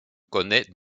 connait